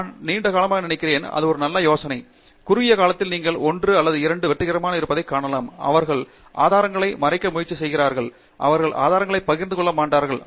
நான் நீண்ட காலமாக நினைக்கிறேன் அது ஒரு நல்ல யோசனையல்ல குறுகிய காலத்தில் நீங்கள் 1 அல்லது 2 வெற்றிகரமாக இருப்பதைக் காணலாம் அவர்கள் ஆதாரங்களை மறைக்க முயற்சி செய்கிறார்கள் அவர்கள் ஆதாரங்களை பகிர்ந்து கொள்ள மாட்டார்கள்